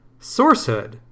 sourcehood